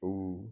oh